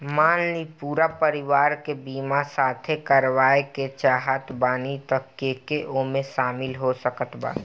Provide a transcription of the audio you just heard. मान ली पूरा परिवार के बीमाँ साथे करवाए के चाहत बानी त के के ओमे शामिल हो सकत बा?